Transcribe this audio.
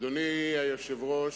אדוני היושב-ראש,